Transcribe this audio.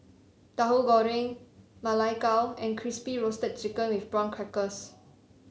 Tahu Goreng Ma Lai Gao and Crispy Roasted Chicken with Prawn Crackers